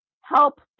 Help